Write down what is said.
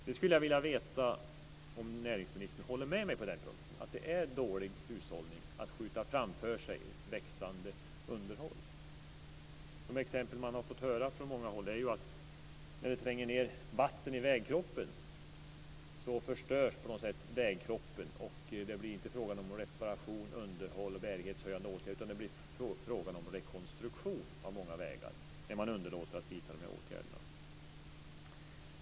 Jag skulle vilja veta om näringsministern håller med mig om att det är dålig hushållning att skjuta framför sig ett växande underhåll. Ett exempel som man har fått höra från många håll är att det tränger ned vatten i vägkroppen, så att den förstörs. Det blir inte fråga om reparation, underhåll och bärighetshöjande åtgärder, utan det blir fråga om rekonstruktion av många vägar, om man underlåter att vidta de här åtgärderna.